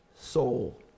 soul